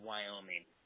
Wyoming